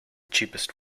cheapest